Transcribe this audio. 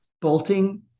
bolting